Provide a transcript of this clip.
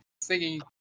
singing